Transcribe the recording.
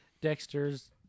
Dexter's